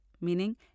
meaning